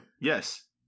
yes